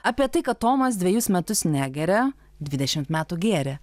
apie tai kad tomas dvejus metus negeria dvidešimt metų gėrė